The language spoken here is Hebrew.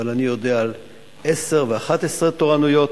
אבל אני יודע על 10 ו-11 תורנויות,